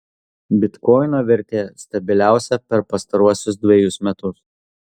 bitkoino vertė stabiliausia per pastaruosius dvejus metus